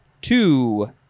Two